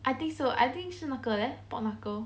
I think so I think 是那个 leh pork knuckle